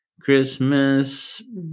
christmas